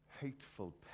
hateful